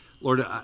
Lord